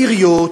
עיריות,